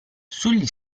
sugli